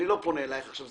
אני לא פונה אליך עכשיו.